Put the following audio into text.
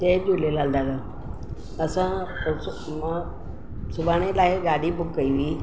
जय झूलेलाल दादा असां ओच मां सुभाणे लाइ गाॾी बुक कई हुई